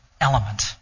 element